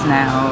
now